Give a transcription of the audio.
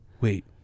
wait